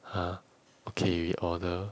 !huh! okay we order